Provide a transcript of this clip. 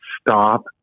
stop